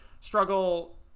Struggle